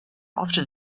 often